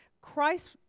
Christ